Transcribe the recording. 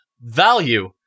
value